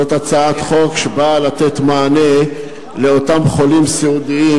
זאת הצעת חוק שבאה לתת מענה לאותם חולים סיעודיים